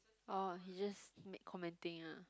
oh he just he make commenting ah